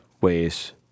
ways